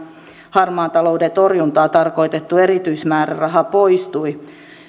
harmaan talouden torjuntaan tarkoitettu erityismääräraha poistui